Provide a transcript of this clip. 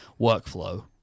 workflow